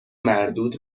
مردود